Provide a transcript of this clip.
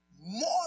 more